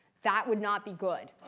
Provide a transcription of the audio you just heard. that would not be good.